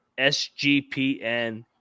SGPN